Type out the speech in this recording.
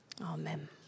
Amen